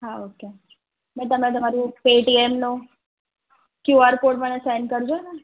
હા ઓકે નઈ તમે તમારું પેટીએમનો ક્યૂઆર કોડ મને સેન્ડ કરજો ને